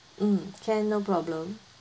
mm can no problem